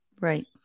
Right